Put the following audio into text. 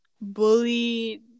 bullied